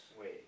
Wait